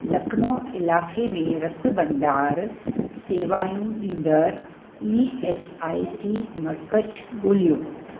लखनऊ इलाके में रक्तु भंडारु सेवाइयूं ॾींदड़ु ई एस आई सी मर्कज़ ॻोल्हियो